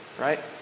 right